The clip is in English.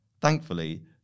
Thankfully